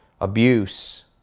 abuse